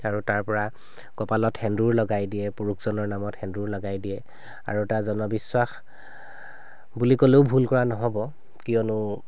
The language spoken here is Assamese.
আৰু তাৰপৰা কপালত সেন্দুৰ লগাই দিয়ে পুৰুষজনৰ নামত সেন্দুৰ লগাই দিয়ে আৰু এটা জনবিশ্বাস বুলি ক'লেও ভুল কোৱা নহ'ব কিয়নো